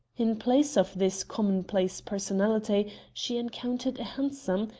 in place of this commonplace personality, she encountered a handsome,